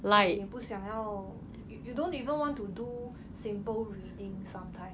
like 你不想要 you you don't even want to do simple reading sometimes